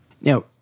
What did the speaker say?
Now